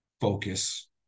focus